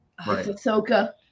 Ahsoka